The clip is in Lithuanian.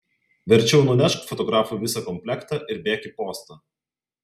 verčiau nunešk fotografui visą komplektą ir bėk į postą